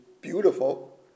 beautiful